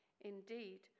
Indeed